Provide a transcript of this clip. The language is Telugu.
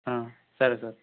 సరే సార్